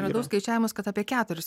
radau skaičiavimus kad apie keturis